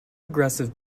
aggressive